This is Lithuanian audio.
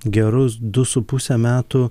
gerus du su puse metų